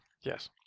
Yes